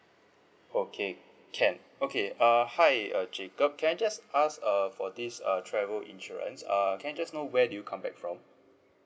okay can okay err hi uh jacob can I just ask uh for this err travel insurance err can I just know where do you come back from